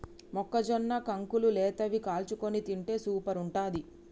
మొక్కజొన్న కంకులు లేతవి కాల్చుకొని తింటే సూపర్ ఉంటది